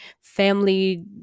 family